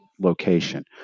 location